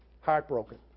heartbroken